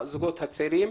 הזוגות הצעירים.